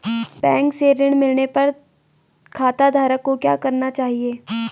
Bank से ऋण मिलने पर खाताधारक को क्या करना चाहिए?